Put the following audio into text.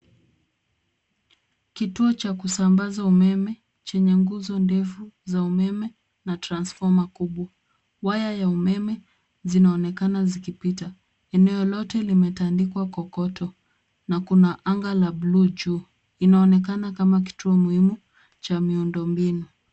Kituo cha kusambaza umeme, chenye nguzo ndefu, za umeme, na transfoma kubwa. Waya ya umeme, zinaonekana zikipita. Eneo lote, limetandikwa kokoto, na kuna anga la bluu juu. Inaonekana kama kituo muhimu, cha miundo mbinu.